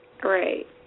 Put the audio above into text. Great